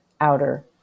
outer